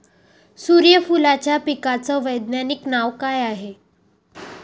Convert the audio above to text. सुर्यफूलाच्या पिकाचं वैज्ञानिक नाव काय हाये?